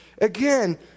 Again